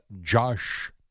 Josh